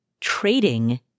trading